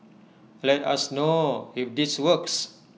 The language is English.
let us know if this works